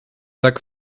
tak